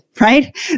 right